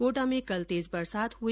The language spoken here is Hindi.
कोटा में कल तेज बरसात हुई